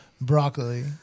Broccoli